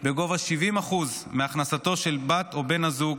בגובה 70% מההכנסה של בת או בן הזוג,